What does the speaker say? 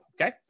Okay